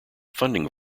funding